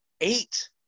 eight